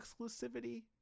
exclusivity